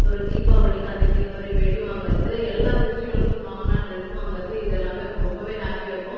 ஒரு தீபாவளின்னா அதுக்கேத்தமாதிரி வெடி வாங்கறது எல்லா ஃபெஸ்ட்டிவல்க்கும் காமனாக ட்ரெஸ் வாங்கிறது இதெல்லாமே ரொம்பவே ஹாப்பியாகருக்கும்